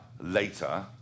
later